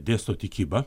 dėsto tikybą